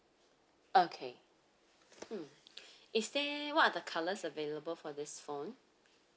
okay mm is there what are the colours available for this phone